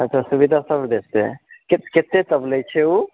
अच्छा सुविधासभ देतय कतय तक लैत छै ओ